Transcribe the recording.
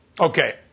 Okay